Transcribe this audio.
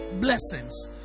blessings